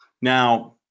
now